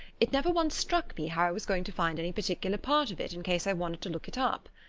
it never once struck me how i was going to find any particular part of it in case i wanted to look it up?